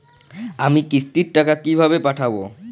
আমি কিস্তির টাকা কিভাবে পাঠাব?